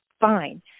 fine